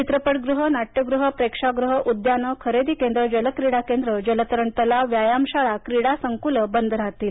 चित्रपटगृहे नाट्यगृहे प्रेक्षागृहे उद्याने खरेदी केंद्रे जल क्रीडा केंद्रे जलतरण तलाव व्यायामशाळा क्रीडा संकुले बंद राहतील